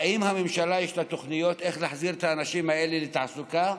האם לממשלה יש תוכניות איך להחזיר את האנשים האלה לתעסוקה?